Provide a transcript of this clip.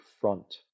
front